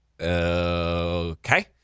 okay